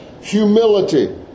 Humility